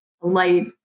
light